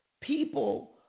people